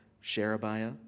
Sherebiah